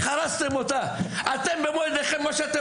על האופן שבו הרסתם אותה במו ידיכם.